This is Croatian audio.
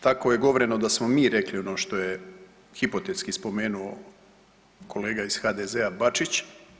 Tako je govoreno da smo mi rekli ono što je hipotetski spomenuo kolega iz HDZ-a Bačić.